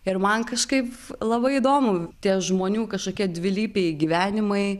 ir man kažkaip labai įdomu tie žmonių kažkokie dvilypiai gyvenimai